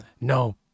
No